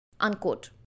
Unquote